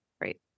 Great